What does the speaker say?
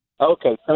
Okay